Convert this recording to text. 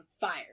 fire